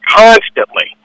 constantly